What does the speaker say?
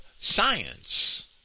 science